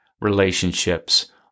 relationships